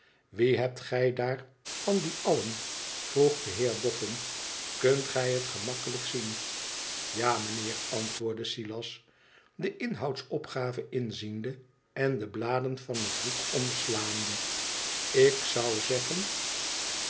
wie hebt gij daar van die allen vroeg de heer boffin kunt gij het gemakkelijk zien ja mijnheer antwoordde silas de inhoudsopgave inziende en de bladen van het boek omslaande ik zou zeggen